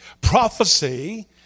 Prophecy